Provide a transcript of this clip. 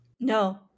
No